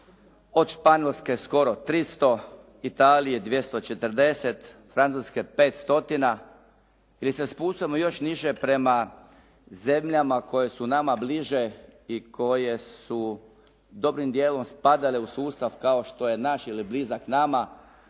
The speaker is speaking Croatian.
od Španjolske skoro 300, Italije 240, Francuske 500, gdje se spuštamo još niže prema zemljama koje su nama bliže i koje su dobrim dijelom spadale u sustav kao što je naš ili blizak nama,